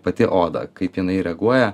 pati oda kaip jinai reaguoja